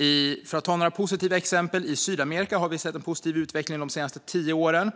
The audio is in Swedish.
Jag ska ta upp några positiva exempel: I Sydamerika har det i stort sett varit en positiv utveckling de senaste tio åren.